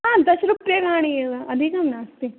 आम् दश रूप्यकाणि एव अधिकं नास्ति